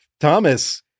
Thomas